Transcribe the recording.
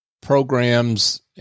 programs